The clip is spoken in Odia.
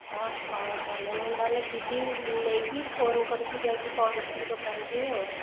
ହଁ ହେଉ ତାହେଲେ ମୁଁ ତାହେଲେ ଯିବି ନେଇକି ଫୋନ୍ କରିକି ଯାଇକି ପହଞ୍ଚିବି ଦୋକାନ ଠାରେ ଆଉ